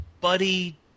buddy